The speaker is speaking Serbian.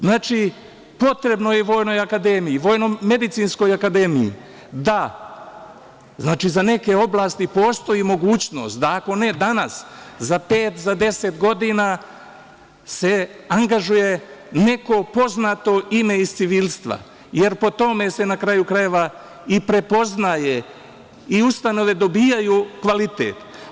Znači, potrebno je Vojnoj akademiji, VMA da, znači, da za neke oblasti postoji mogućnost, da ako ne danas za pet, za deset godina se angažuje neko poznato ime iz civilstva, jer po tome se, na kraju krajeva i prepoznaje i ustanove dobijaju kvalitet.